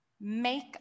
make